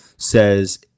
Says